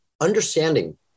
understanding